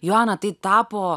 joana tai tapo